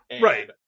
right